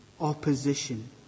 opposition